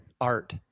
art